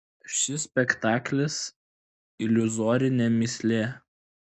šis spektaklis iliuzorinė mįslė